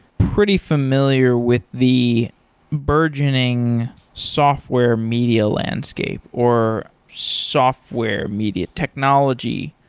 pretty familiar with the burgeoning software media landscape or software media technology,